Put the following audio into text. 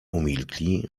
umilkli